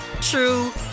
true